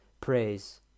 praise